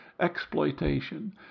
exploitation